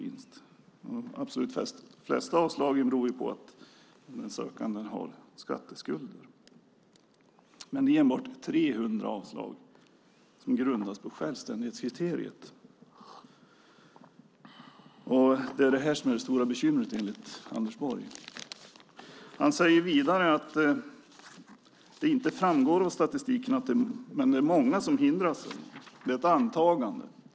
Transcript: Det är enbart 300 avslag som grundas på självständighetskriteriet, det vill säga inte uppfyller kraven på självständighet, varaktighet och vinst. Men det är det som är det stora bekymret enligt Anders Borg. Han säger vidare att det inte framgår av statistiken, men att det är många som hindras. Det är ett antagande.